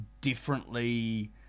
differently